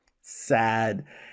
sad